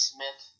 Smith